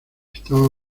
estaba